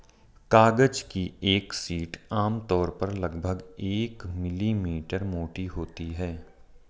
कागज की एक शीट आमतौर पर लगभग एक मिलीमीटर मोटी होती है